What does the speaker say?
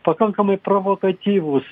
pakankamai provakatyvūs